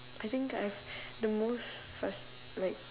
I think I've the most frus~ like